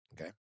okay